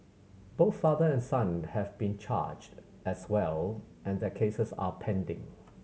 both father and son have been charged as well and their cases are pending